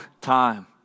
time